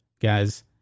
guys